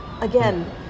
Again